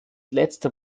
letzte